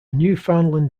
newfoundland